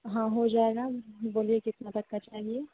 हाँ हो जाएगा बोलिए कितना तक का चाहिए